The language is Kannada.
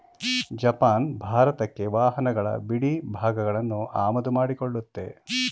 ಜಪಾನ್ ಭಾರತಕ್ಕೆ ವಾಹನಗಳ ಬಿಡಿಭಾಗಗಳನ್ನು ಆಮದು ಮಾಡಿಕೊಳ್ಳುತ್ತೆ